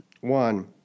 One